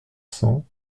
cents